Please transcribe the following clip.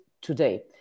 today